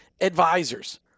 Advisors